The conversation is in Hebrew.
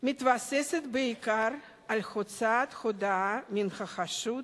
מתבססת בעיקר על הוצאת הודאה מן החשוד